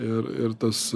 ir ir tas